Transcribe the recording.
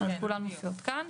כולן מופיעות כאן.